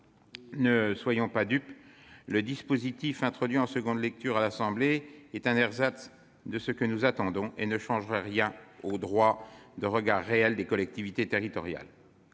ne soyons pas dupes : le dispositif introduit en nouvelle lecture par l'Assemblée nationale est un ersatz de ce que nous attendons et ne changerait rien au droit de regard réel des collectivités territoriales.